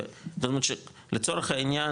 זאת אומרת שלצורך העניין,